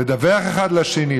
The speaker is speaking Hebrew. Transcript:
לדווח אחד לשני,